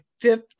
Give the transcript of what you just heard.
fifth